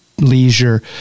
leisure